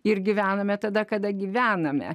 ir gyvename tada kada gyvename